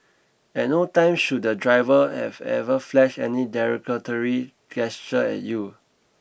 at no time should the driver have ever flashed any derogatory gesture at you